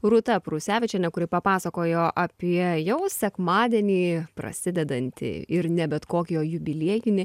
rūta prusevičiene kuri papasakojo apie jau sekmadienį prasidedantį ir ne bet kokį o jubiliejinį